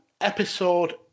episode